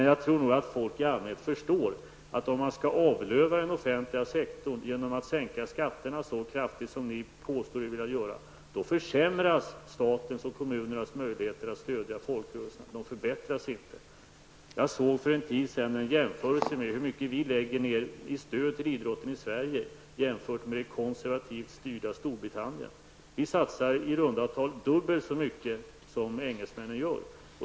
Jag tror nog att folk i allmänhet förstår att om man skall avlöva den offentliga sektorn genom att sänka skatterna så kraftigt som ni påstår er vilja göra, försämras statens och kommunens möjligheter att stödja folkrörelserna -- de förbättras inte. Jag såg för en tid sedan en jämförelse mellan hur mycket vi lägger ned i stöd till idrotten i Sverige och i det konservativt styrda Storbritannien. Vi satsar ungefär dubbelt så mycket som engelsmännen gör.